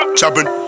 chopping